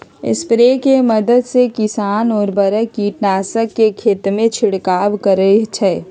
sprayer के मदद से किसान उर्वरक, कीटनाशक के खेतमें छिड़काव करई छई